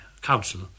council